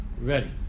ready